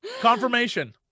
Confirmation